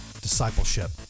Discipleship